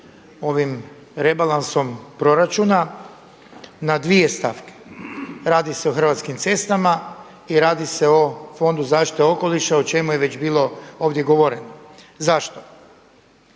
ovim rebalansom proračuna na dvije stavke. Radi se o Hrvatskim cestama i radi se o Fondu zaštite okoliša o čemu je već bilo ovdje govoreno. Zašto?